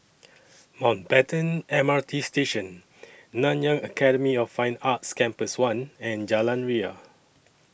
Mountbatten M R T Station Nanyang Academy of Fine Arts Campus one and Jalan Ria